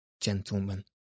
gentlemen